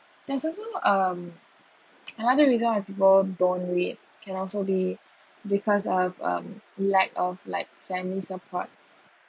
there's also um another reason why people don't read can also be because of um lack of like family support